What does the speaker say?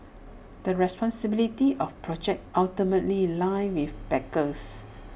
the responsibility of projects ultimately lie with backers